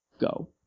go